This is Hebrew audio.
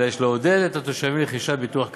אלא יש לעודד את התושבים לרכוש ביטוח כאמור.